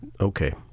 okay